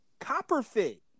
Copperfit